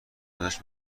ازش